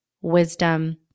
wisdom